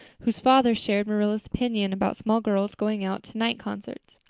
whose father shared marilla's opinions about small girls going out to night concerts.